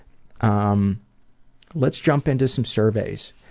um let's jump into some surveys.